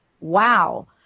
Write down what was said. Wow